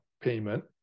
payment